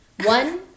one